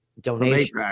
donation